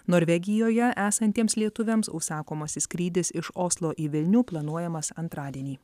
norvegijoje esantiems lietuviams užsakomasis skrydis iš oslo į vilnių planuojamas antradienį